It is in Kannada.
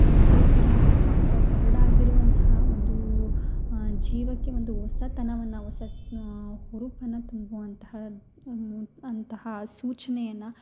ಕಳೆದೋಗಿರುವಂತಹ ಅಥ್ವಾ ಬರ್ಡ್ ಆಗಿರುವಂಥ ಒಂದು ಜೀವಕ್ಕೆ ಒಂದು ಹೊಸತನವನ್ನ ಹೊಸ ಹುರುಪನ್ನು ತುಂಬುವಂತಹ ಅಂತಹ ಸೂಚನೆ ಅನ್ನು